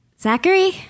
Zachary